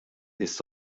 ist